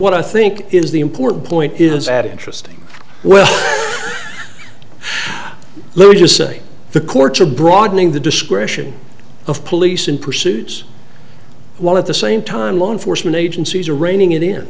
what i think is the important point is at interesting well let me just say the courts are broadening the discretion of police in pursuits well at the same time law enforcement agencies are reining it in